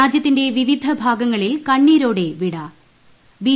രാജ്യത്തിന്റെ വിവിധ ഭാഗങ്ങളിൽ കണ്ണീരോടെ വിട ബി